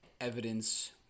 evidence